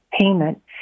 payment